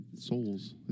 Souls